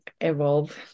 evolve